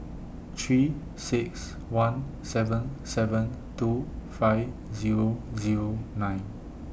three six one seven seven two five Zero Zero nine